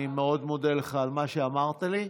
אני מאוד מודה לך על מה שאמרת לי,